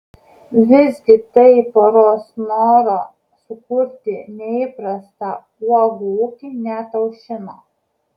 visgi tai poros noro sukurti neįprastą uogų ūkį neataušino